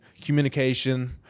communication